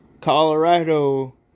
Colorado